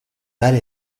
balle